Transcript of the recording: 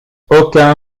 aucun